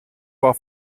war